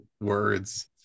words